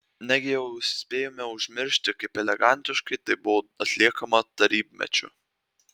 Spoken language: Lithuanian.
negi jau spėjome užmiršti kaip elegantiškai tai buvo atliekama tarybmečiu